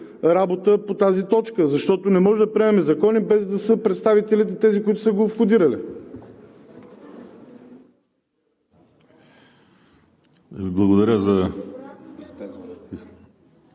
работата по тази точка, защото не можем да приемаме закони, без да има представители на тези, които са го входирали.